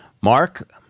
Mark